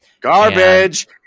Garbage